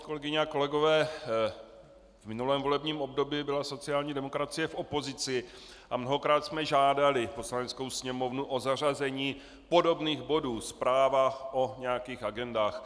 Kolegyně a kolegové, v minulém volebním období byla sociální demokracie v opozici a mnohokrát jsme žádali Poslaneckou sněmovnu o zařazení podobných bodů, zpráv o nějakých agendách.